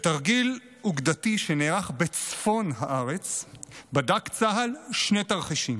בתרגיל אוגדתי שנערך בצפון הארץ בדק צה"ל שני תרחישים: